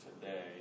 today